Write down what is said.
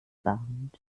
bound